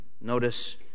notice